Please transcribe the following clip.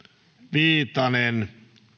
viitanen